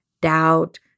doubt